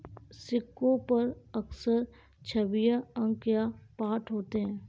सिक्कों पर अक्सर छवियां अंक या पाठ होते हैं